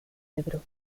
ebro